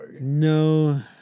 No